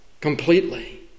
completely